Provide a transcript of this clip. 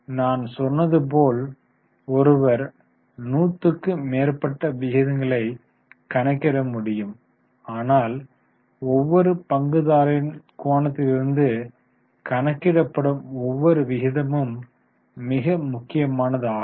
நான் சொன்னது போல் ஒருவர் 100க்கு மேற்பட்ட விகிதங்களை கணக்கிட முடியும் ஆனால் ஒவ்வொரு பங்குதாரரின் கோணத்திலிருந்து கணக்கிடப்படும் ஒவ்வொரு விகிதமும் மிக முக்கியமானது ஆகும்